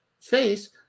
face